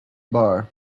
bar